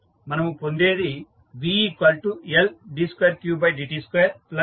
మనము పొందేది VLd2qdt2RdqdtqC